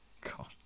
God